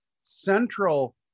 central